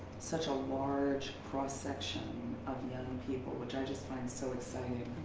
such a large cross-section of young people. which i just find so exciting.